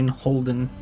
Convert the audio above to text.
holden